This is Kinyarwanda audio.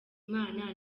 imana